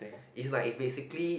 is like is basically